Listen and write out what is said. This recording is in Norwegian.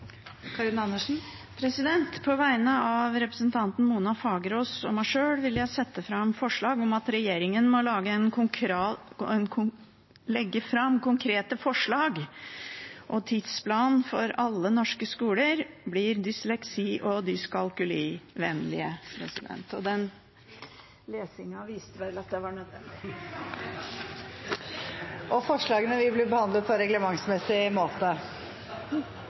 På vegne av representanten Mona Fagerås og meg sjøl vil jeg sette fram forslag om at regjeringen må legge fram konkrete forslag og tidsplan for at alle norske skoler blir dysleksi- og dyskalkulivennlige. Forslagene vil bli behandlet på reglementsmessig måte. Jeg viser til mitt brev til Stortingets presidentskap fra 29. mai i år og